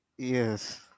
Yes